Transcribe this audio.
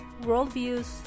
worldviews